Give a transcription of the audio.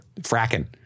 Fracking